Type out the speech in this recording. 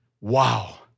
Wow